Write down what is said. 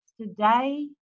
today